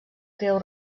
creu